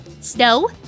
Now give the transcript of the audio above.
Snow